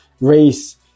race